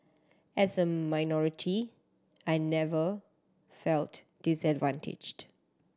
as a minority I never felt disadvantaged